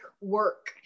work